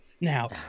now